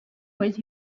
with